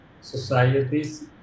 societies